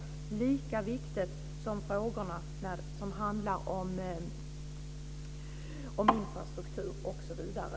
Det är lika viktigt som frågorna, som handlar om infrastruktur osv.